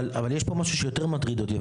יש פה משהו שיותר מטריד אותי,